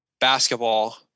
basketball